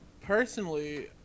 Personally